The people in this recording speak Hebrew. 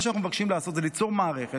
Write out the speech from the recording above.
מה שאנחנו מבקשים לעשות זה ליצור מערכת